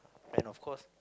and of course